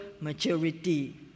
maturity